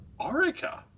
Orica